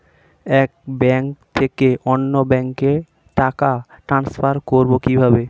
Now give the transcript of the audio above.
এক ব্যাংক থেকে অন্য ব্যাংকে টাকা ট্রান্সফার করবো কিভাবে?